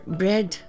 bread